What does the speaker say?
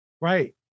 right